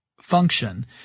function